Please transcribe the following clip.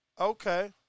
Okay